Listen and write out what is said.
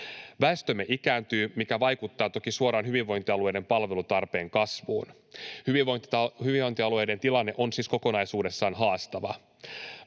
Väestömme ikääntyy, mikä vaikuttaa toki suoraan hyvinvointialueiden palvelutarpeen kasvuun. Hyvinvointialueiden tilanne on siis kokonaisuudessaan haastava.